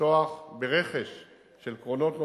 לפתוח ברכש של קרונות נוספים,